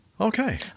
Okay